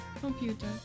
Computer